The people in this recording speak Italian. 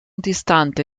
distante